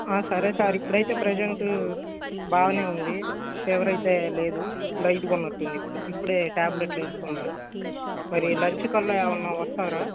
ఆ సరే సార్ ఇప్పుడైతే ప్రెజెంట్ బాగానే ఉంది ఫీవర్ అయితే లేదు లైట్గా ఉన్నట్టుంది ఇప్పుడు ఇప్పుడే ట్యాబ్లెట్లు వేసుకున్నాడు మరి లంచ్ కల్లా ఏమన్నా వస్తారా